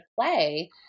play